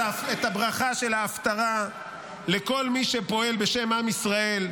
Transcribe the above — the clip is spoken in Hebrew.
הברכה של ההפטרה לכל מי שפועל בשם עם ישראל.